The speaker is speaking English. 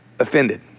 Offended